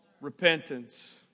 Repentance